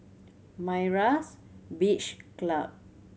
Myra's Beach Club